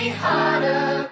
harder